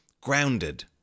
Grounded